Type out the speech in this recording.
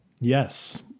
Yes